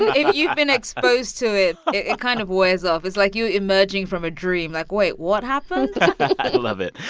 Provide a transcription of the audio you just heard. and if you've been exposed to it, it kind of wears off. it's like you're emerging from a dream. like, wait. what happened? i love it.